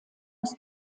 aus